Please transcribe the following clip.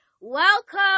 Welcome